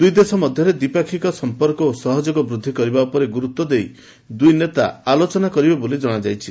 ଦୁଇ ଦେଶ ମଧ୍ୟରେ ଦ୍ୱିପକ୍ଷୀୟ ସମ୍ପର୍କ ଓ ସହଯୋଗ ବୃଦ୍ଧି କରିବା ଉପରେ ଗୁରୁତ୍ୱ ଦେଇ ଦୁଇ ନେତା ଆଲୋଚନା କରିବେ ବୋଲି ଜଣାଯାଇଛି